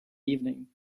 evening